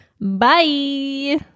Bye